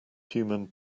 human